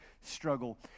struggle